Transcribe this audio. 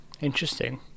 Interesting